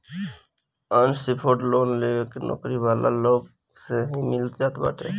unsecured loan loan नोकरी करे वाला लोग के ही मिलत बाटे